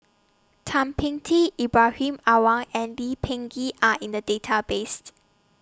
Thum Ping Tin Ibrahim Awang and Lee Peh Gee Are in The Database